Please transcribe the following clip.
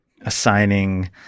assigning